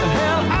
hell